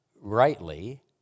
rightly